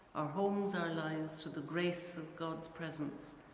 our homes, our lives to the grace of god's presence